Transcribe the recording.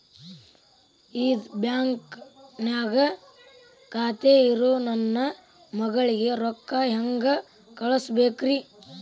ಇದ ಬ್ಯಾಂಕ್ ನ್ಯಾಗ್ ಖಾತೆ ಇರೋ ನನ್ನ ಮಗಳಿಗೆ ರೊಕ್ಕ ಹೆಂಗ್ ಕಳಸಬೇಕ್ರಿ?